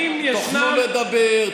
תוכלו לדבר,